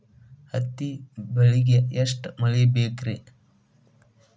ಹತ್ತಿ ಬೆಳಿಗ ಎಷ್ಟ ಮಳಿ ಬೇಕ್ ರಿ?